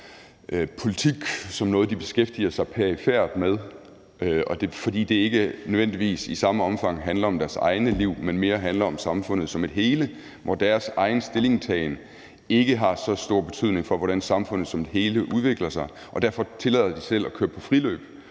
er noget, de beskæftiger sig perifert med, fordi det ikke nødvendigvis i stort omfang handler om deres egne liv, men mere handler om samfundet som et hele, hvor deres egen stillingtagen ikke har så stor betydning for, hvordan samfundet som et hele udvikler sig. Derfor tillader de sig selv at køre friløb